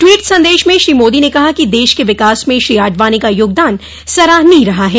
tweet संदेश में श्री मोदी ने कहा कि देश के विकास में श्री आडवाणी का योगदान सराहनीय रहा है